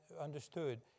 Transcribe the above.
understood